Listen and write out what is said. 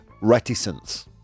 reticence